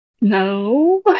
No